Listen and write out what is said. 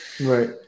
Right